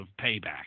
payback